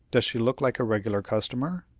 does she look like a regular customer?